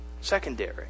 secondary